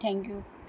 thank you